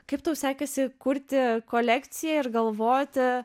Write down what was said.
kaip tau sekėsi kurti kolekciją ir galvoti